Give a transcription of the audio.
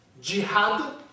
Jihad